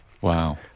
Wow